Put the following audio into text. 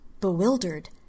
Bewildered